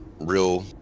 real